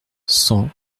cent